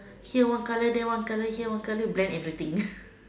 here one color there one color here one color blend everything